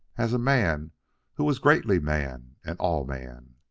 as a man who was greatly man and all man.